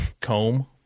comb